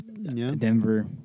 Denver